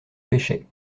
pêchais